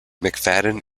mcfadden